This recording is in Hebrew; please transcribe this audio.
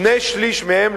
שני-שלישים מהם,